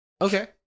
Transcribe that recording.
Okay